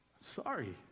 sorry